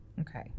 Okay